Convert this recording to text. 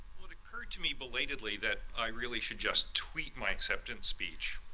occurred to me belatedly that i really should just tweet my acceptance speech